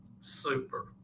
Super